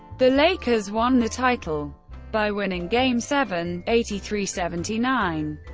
the lakers won the title by winning game seven, eighty three seventy nine.